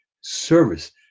service